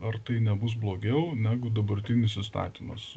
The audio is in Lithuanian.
ar tai nebus blogiau negu dabartinis įstatymas